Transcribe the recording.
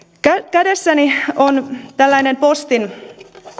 kädessäni on postin